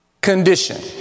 condition